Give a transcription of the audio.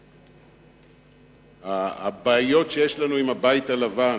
הבעיות שיש לנו עם הבית הלבן,